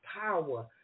power